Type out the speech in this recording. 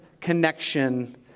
connection